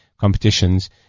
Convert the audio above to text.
competitions